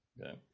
Okay